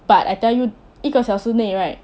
but I tell you 一个小时内 right